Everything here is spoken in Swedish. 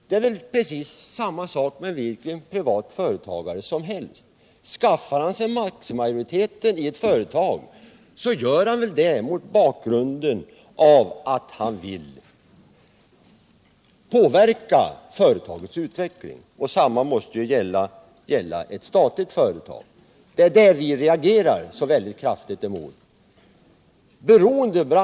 Det är precis samma sak med vilken privat företagare som helst. Skaffar han sig aktiemajoritet i ett företag gör han det mot bakgrund av att han vill påverka företagets utveckling. Detsamma måste gälla ett statligt företag. Det är detta vi reagerar så väldigt kraftigt emot.